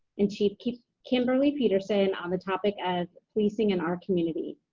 and chief chief kimberly peterson on the topic of policing in our community.